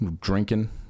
drinking